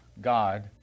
God